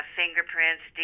fingerprints